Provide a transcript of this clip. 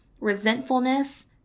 resentfulness